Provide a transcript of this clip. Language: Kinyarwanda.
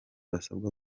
basabwa